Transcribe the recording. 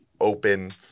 open